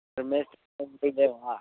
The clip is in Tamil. மேஸ்திரி எல்லாம் உங்கள்ட்டேவா